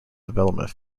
development